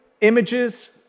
images